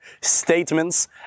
statements